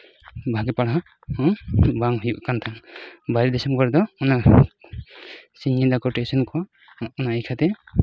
ᱵᱟᱝ ᱯᱟᱲᱦᱟᱣ ᱦᱚᱸ ᱵᱟᱝ ᱦᱩᱭᱩᱜ ᱠᱟᱱ ᱛᱟᱦᱮᱱᱟ ᱵᱟᱭᱨᱮ ᱫᱤᱥᱚᱢ ᱠᱚᱨᱮ ᱫᱚ ᱚᱱᱟ ᱥᱤᱧ ᱧᱤᱫᱟᱹ ᱠᱚ ᱴᱤᱭᱩᱥᱚᱱ ᱠᱚᱣᱟ ᱚᱱᱟ ᱠᱷᱟᱹᱛᱤᱨ